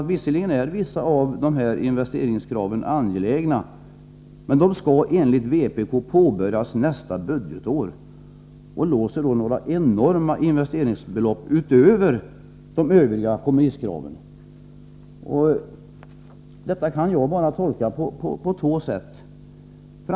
Visserligen är en del av dessa investeringar angelägna, Sven Henricsson, men de skall enligt vpk påbörjas nästa budgetår och låser då enorma investeringsbelopp utöver de övriga kommunistkraven. Detta kan jag bara tolka på två sätt.